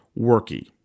worky